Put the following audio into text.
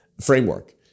framework